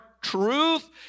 truth